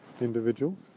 individuals